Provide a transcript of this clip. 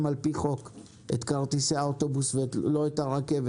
על פי חוק את כרטיסי האוטובוס ולא את הרכבת.